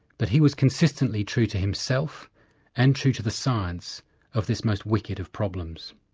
but he was consistently true to himself and true to the science of this most wicked of problems.